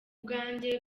bwanjye